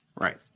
Right